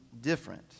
different